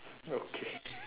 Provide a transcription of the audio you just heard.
okay